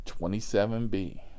27B